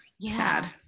sad